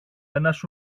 ένας